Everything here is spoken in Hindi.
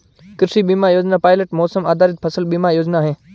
कृषि बीमा योजना पायलट मौसम आधारित फसल बीमा योजना है